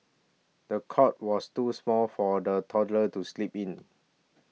the cot was too small for the toddler to sleep in